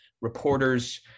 reporters